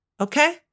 Okay